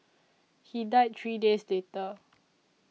he died three days later